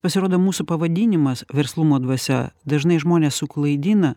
pasirodo mūsų pavadinimas verslumo dvasia dažnai žmones suklaidina